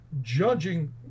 judging